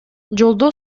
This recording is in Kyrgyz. жолдо